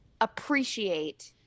appreciate